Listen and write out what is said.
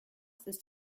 ist